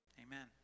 Amen